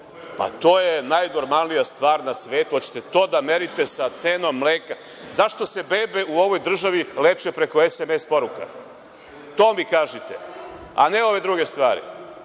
… to je najnormalnija stvar na svetu. Hoćete to da merite sa cenom mleka? Zašto se bebe u ovoj državi leče preko SMS poruka? To mi kažite, a ne ove druge stvari.